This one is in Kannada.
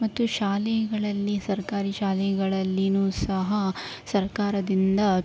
ಮತ್ತು ಶಾಲೆಗಳಲ್ಲಿ ಸರ್ಕಾರಿ ಶಾಲೆಗಳಲ್ಲಿನೂ ಸಹ ಸರ್ಕಾರದಿಂದ